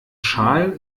schal